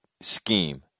scheme